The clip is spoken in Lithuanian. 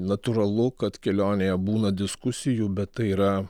natūralu kad kelionėje būna diskusijų bet tai yra